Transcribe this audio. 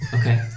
Okay